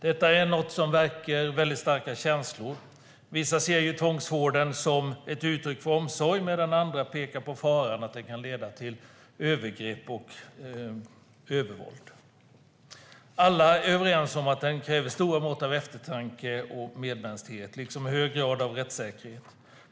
Det är något som väcker starka känslor. Vissa ser tvångsvården som ett uttryck för omsorg, medan andra pekar på faran, att det kan leda till övergrepp och övervåld. Alla är överens om att den kräver stora mått av eftertanke och medmänsklighet, liksom hög grad av rättssäkerhet.